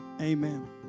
Amen